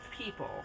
people